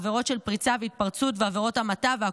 עבירות של פריצה והתפרצות ועבירות המתה,